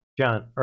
John